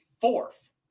fourth